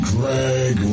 Greg